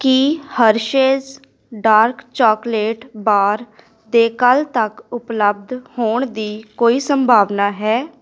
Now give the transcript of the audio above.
ਕੀ Hershey's dark chocolate bar ਦੇ ਕੱਲ੍ਹ ਤੱਕ ਉਪਲੱਬਧ ਹੋਣ ਦੀ ਕੋਈ ਸੰਭਾਵਨਾ ਹੈ